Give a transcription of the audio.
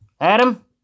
adam